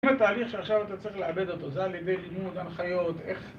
אם התהליך שעכשיו אתה צריך לעבד אותו, זה על ידי לימוד הנחיות, איך...